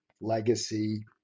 legacy